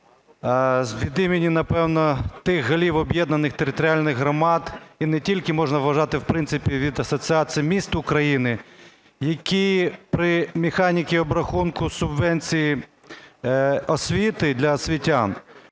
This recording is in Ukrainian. від імені, напевно, тих голів об'єднаних територіальних громад, і не тільки, а можна вважати, в принципі, від Асоціації міст України, які при механіці обрахунку субвенцій освіти для освітян